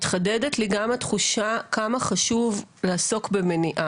מתחדדת לי גם התחושה כמה חשוב לעסוק במניעה.